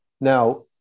Now